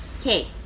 okay